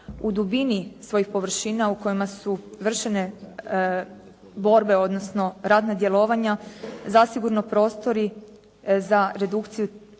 u dubini svojih površina u kojima su vršene borbe, odnosno radna djelovanja zasigurno prostori za redukciju